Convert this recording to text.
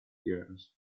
years